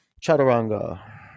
chaturanga